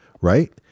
right